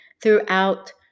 throughout